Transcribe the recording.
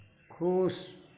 खुश